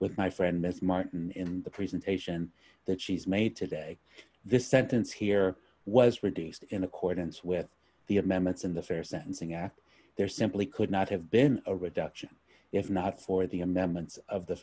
with my friend miss martin in the presentation that she's made today this sentence here was reduced in accordance with the amendments in the fair sentencing act there simply could not have been a reduction if not for the amendments of the